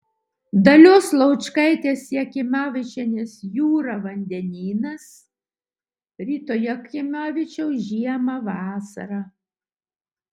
dalios laučkaitės jakimavičienės jūra vandenynas ryto jakimavičiaus žiemą vasarą